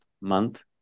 month